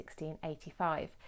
1685